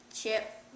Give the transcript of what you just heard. Chip